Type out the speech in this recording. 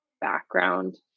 background